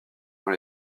dans